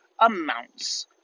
amounts